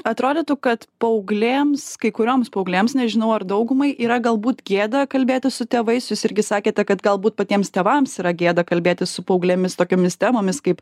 atrodytų kad paauglėms kai kurioms paauglėms nežinau ar daugumai yra galbūt gėda kalbėti su tėvais jūs irgi sakėte kad galbūt patiems tėvams yra gėda kalbėti su paauglėmis tokiomis temomis kaip